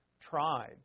Tried